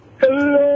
Hello